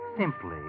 simply